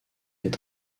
est